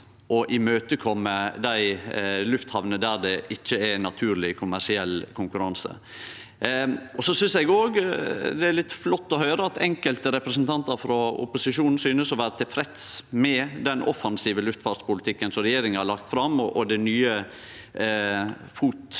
å imøtekomme dei lufthamnene der det ikkje er naturleg kommersiell konkurranse. Eg synest òg det er litt flott å høyre at enkelte representantar frå opposisjonen synest å vere tilfredse med den offensive luftfartspolitikken som regjeringa har lagt fram, og det nye